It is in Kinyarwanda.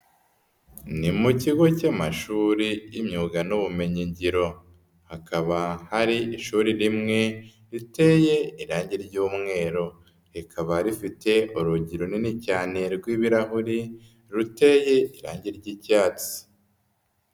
Ni mu kigo cy'amashuri y' imyuga n'ubumenyingiro, hakaba hari ishuri rimwe riteye irangi ry'umweru rikaba rifite urugi runini cyane rw'ibirahuri ruteyeye irangi ry'icyatsi.